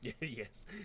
Yes